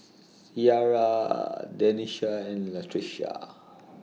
Ciara Denisha and Latricia